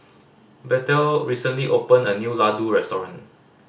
Bethel recently opened a new Ladoo Restaurant